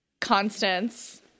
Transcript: Constance